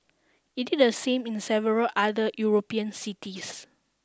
it did the same in several other European cities